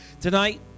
tonight